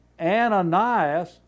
Ananias